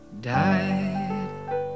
died